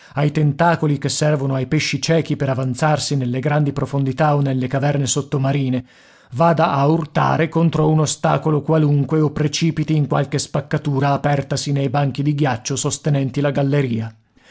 ai tentacoli che servono ai pesci ciechi per avanzarsi nelle grandi profondità o nelle caverne sottomarine vada a urtare contro un ostacolo qualunque o precipiti in qualche spaccatura apertasi nei banchi di ghiaccio sostenenti la galleria